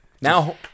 Now